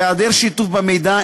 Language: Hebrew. בהיעדר שיתוף במידע,